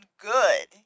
good